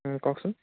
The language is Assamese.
কওকচোন